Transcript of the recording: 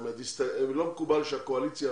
האמת, לא מקובל שהקואליציה